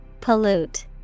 Pollute